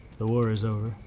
the war is over.